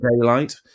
daylight